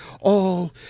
All